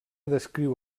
descriu